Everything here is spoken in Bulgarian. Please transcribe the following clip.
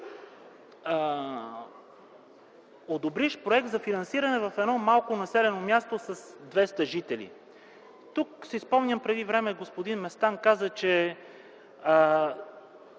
одобриш проект за финансиране в едно малко населено място с 200 жители? Тук си спомням преди време господин Местан каза, че